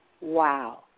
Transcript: Wow